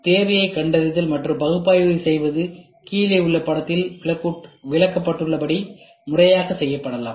தேவையைக் கண்டறிதல் மற்றும் பகுப்பாய்வு செய்வது கீழே உள்ள படத்தில் விளக்கப்பட்டுள்ளபடி முறையாக செய்யப்படலாம்